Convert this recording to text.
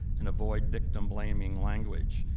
and avoid victim blaming language.